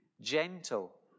gentle